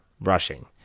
rushing